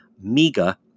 MEGA